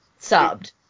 Subbed